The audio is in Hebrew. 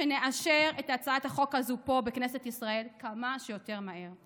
הזו פה, בכנסת ישראל, כמה שיותר מהר.